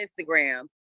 Instagram